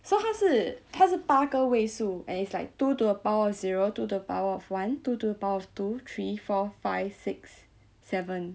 so 他是他是八个位数 and it's like two to a power of zero two to the power of one two to the power of two three four five six seven